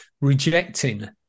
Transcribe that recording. rejecting